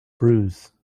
bruise